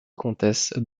comtesse